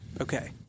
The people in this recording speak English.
Okay